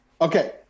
Okay